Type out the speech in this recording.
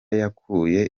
yakuye